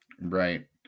Right